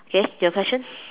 okay your question